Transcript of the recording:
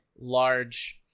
large